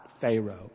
Pharaoh